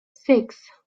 six